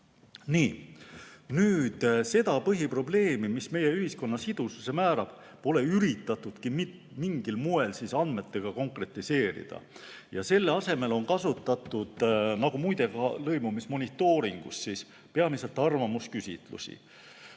Nii. Seda põhiprobleemi, mis meie ühiskonna sidususe määrab, pole üritatudki mitte mingil moel andmetega konkretiseerida. Selle asemel on kasutatud, nagu muide ka lõimumismonitooringus, peamiselt arvamusküsitlusi.